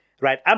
Right